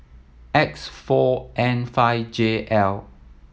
X four N five J L